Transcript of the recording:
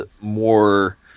more